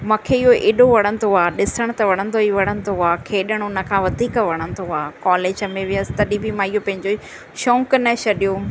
मूंखे इहो एॾो वणंदो आहे ॾिसण त वणंदो ई वणंदो आहे खेॾणु उन खां वधीक वणंदो आहे कॉलेज में वयसि तॾहिं बि मां इहो पंहिंजो शौक़ु न छॾियो